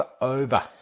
over